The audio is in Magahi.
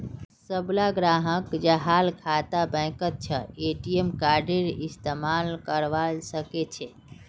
सबला ग्राहक जहार खाता बैंकत छ ए.टी.एम कार्डेर इस्तमाल करवा सके छे